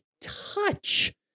touch